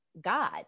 God